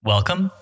Welcome